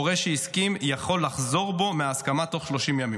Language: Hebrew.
הורה שהסכים, יכול לחזור בו מההסכמה תוך 30 ימים.